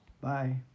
Bye